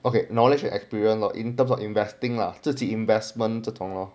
okay knowledge and experience in terms of investing lah 自己 investment 折腾了